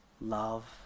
love